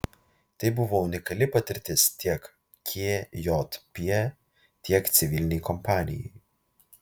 tai buvo unikali patirtis tiek kjp tiek civilinei kompanijai